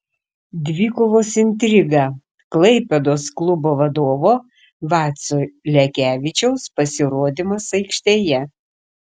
dvikovos intriga klaipėdos klubo vadovo vacio lekevičiaus pasirodymas aikštėje